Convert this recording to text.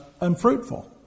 unfruitful